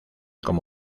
como